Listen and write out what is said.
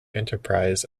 enterprise